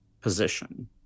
position